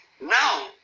now